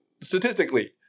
statistically